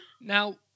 Now